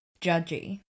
Judgy